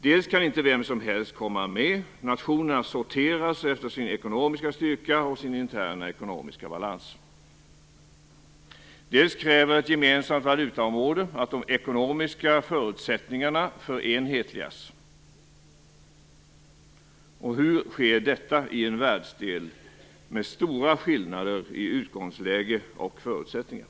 Dels kan inte vem som helst komma med - nationerna sorteras efter sin ekonomiska styrka och sin interna ekonomiska balans - dels kräver ett gemensamt valutaområde att de ekonomiska förutsättningarna förenhetligas. Hur sker detta i en världsdel med stora skillnader i utgångsläge och förutsättningar?